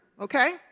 okay